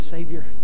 Savior